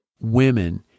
women